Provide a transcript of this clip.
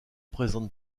présente